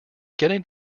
getting